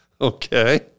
Okay